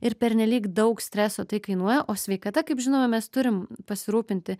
ir pernelyg daug streso tai kainuoja o sveikata kaip žinome mes turim pasirūpinti